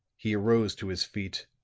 he arose to his feet,